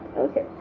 okay